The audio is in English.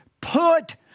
put